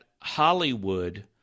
hollywood